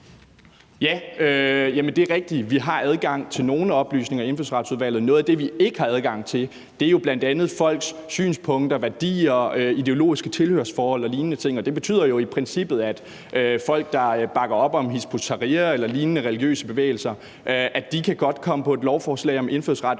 Ja, det er rigtigt, at vi har adgang til nogle oplysninger i Indfødsretsudvalget. Noget af det, vi ikke har adgang til, er bl.a. folks synspunkter, værdier, ideologiske tilhørsforhold og lignende ting, og det betyder jo i princippet, at folk, der bakker op om Hizb ut-Tahrir eller lignende religiøse bevægelser, godt kan komme på et lovforslag om indfødsrets